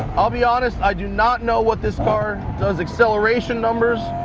i'll be honest, i do not know what this car does, acceleration numbers.